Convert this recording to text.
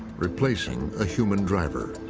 replacing a human driver.